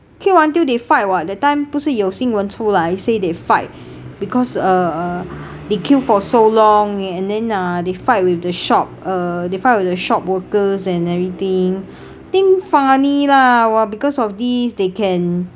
queue until they fight what that time 不是有新闻出来 say they fight because uh they queue for so long and then uh they fight with the shop uh they fight with the shop workers and everything think funny lah !wah! because of these they can